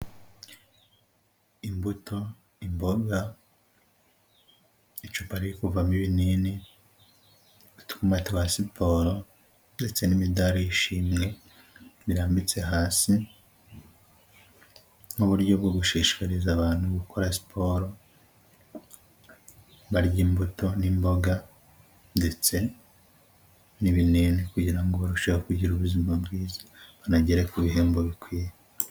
Imbuto, imboga, icupa riri kuvamo ibinini, utwuma twa siporo ndetse n'imidari y'ishimwe birambitse hasi, n'uburyo bwo gushishikariza abantu gukora siporo, barya imbuto n'imboga ndetse n'ibinini kugira ngo barusheho kugira ubuzima bwiza banagere ku bihembo bikwiye.